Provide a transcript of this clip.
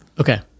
Okay